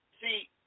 See